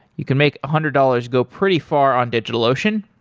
you can make a hundred dollars go pretty far on digitalocean.